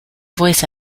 voice